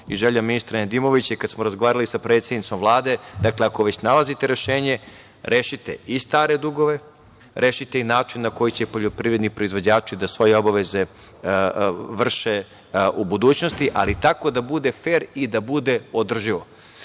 to želja ministra Nedimovića. Kada smo razgovarali sa predsednicom Vlade, dakle ako već nalazite rešenje, rešite i stare dugove, rešite i način na koji će poljoprivredni proizvođači da svoje obaveze vrše u budućnosti, ali tako da bude fer i da bude održivo. Tako